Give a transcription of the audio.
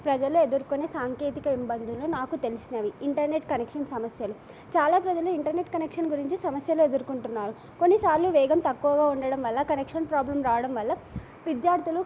ప్రజలు ఎదుర్కునే సాంకేతిక ఇబ్బందులు నాకు తెలిసినవి ఇంటర్నెట్ కనెక్షన్ సమస్యలు చాలా ప్రజలు ఇంటర్నెట్ కనెక్షన్ గురించి సమస్యలు ఎదురుకుంటున్నారు కొన్నిసార్లు వేగం తక్కువగా ఉండడం వల్ల కనెక్షన్ ప్రాబ్లం రావడం వల్ల విద్యార్థులు